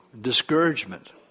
discouragement